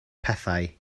pethau